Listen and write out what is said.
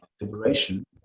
liberation